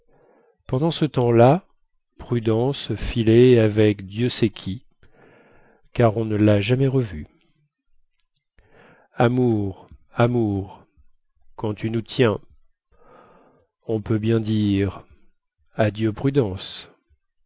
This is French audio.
pendant ce temps-là prudence filait avec dieu sait qui car on ne la jamais revue amour amour quand tu nous tiens on peut bien dire adieu prudence